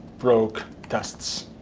broke tests,